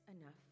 enough